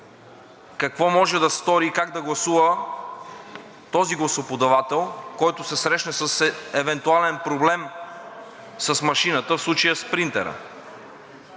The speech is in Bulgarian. какво може да стори и как да гласува този гласоподавател, който се срещне с евентуален проблем с машината, в случая с принтера